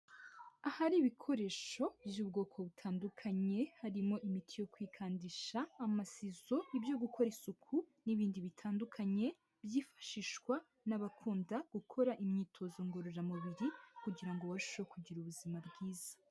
Ahari ibikoresho by'ubwoko butandukanye harimo imiti yo kwikandisha, amasiso, ibyo gukora isuku n'ibindi bitandukanye, byifashishwa n'abakunda gukora imyitozo ngororamubiri kugira ngo barusheho kugira ubuzima bwiza.